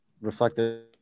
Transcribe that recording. reflected